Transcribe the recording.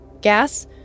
Gas